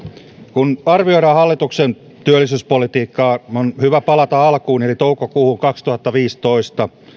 kun arvioidaan hallituksen työllisyyspolitiikkaa on hyvä palata alkuun eli toukokuuhun kaksituhattaviisitoista